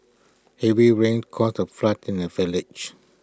heavy rains caused A flood in the village